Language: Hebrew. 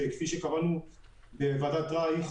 כפי שקבענו בוועדת רייך,